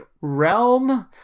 Realm